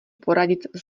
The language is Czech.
poradit